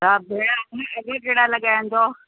त भेण अघु अघु कहिड़ा लॻाईंदव